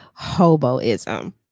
hoboism